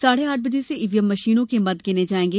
साढ़े आठ बजे से ईवीएम मशीनों के मत गिने जाएंगे